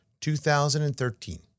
2013